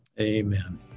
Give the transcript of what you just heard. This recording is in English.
Amen